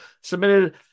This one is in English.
submitted